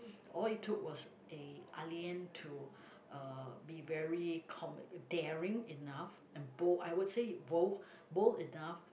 all it took was a Ah Lian to uh be very com~ daring enough and bold I would say bold bold enough